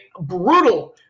brutal